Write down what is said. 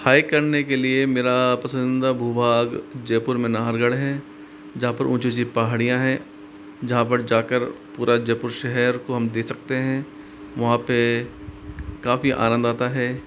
hike करने के लिए मेरा पसंदीदा भू भाग जयपुर में नाहरगढ़ है जहां पर ऊँची ऊँची पहाड़ियां हैं जहां पर जाकर पूरा जयपुर शहर को हम देख सकते हैं वहां पर काफ़ी आनंद आता है